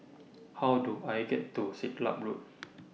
How Do I get to Siglap Road